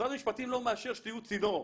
משרד המשפטים לא מאשר שתהיו צינור.